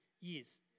years